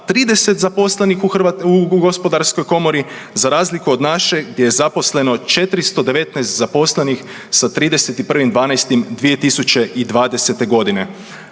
30 zaposlenih u gospodarskoj komori za razliku od naše gdje je zaposleno 419 zaposlenih sa 31. 12. 2020. godine.